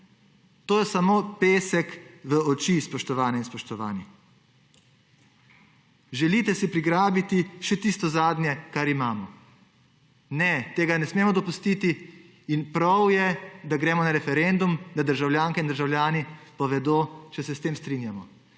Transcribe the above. To je samo pesek v oči, spoštovane in spoštovani. Želite si prigrabiti še tisto zadnje, kar imamo. Ne, tega ne smemo dopustiti. In prav je, da gremo na referendum, da državljanke in državljani povedo, ali se s tem strinjamo.